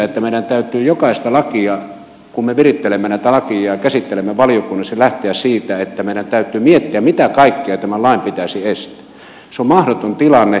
jos meidän täytyy jokaisen lain kohdalla kun me virittelemme näitä lakeja ja käsittelemme valiokunnissa lähteä siitä että meidän täytyy miettiä mitä kaikkea tämän lain pitäisi estää se on mahdoton tilanne